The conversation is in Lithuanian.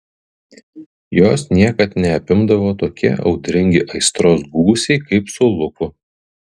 jos niekad neapimdavo tokie audringi aistros gūsiai kaip su luku